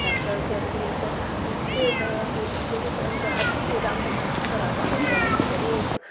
डॉक्टरके लिए तऽ बहुते से अथी बेगूसरायमे तऽ हर चीजके डॉक्टर बहुत सारा ड़ॉक्टर हइ तऽ बहुत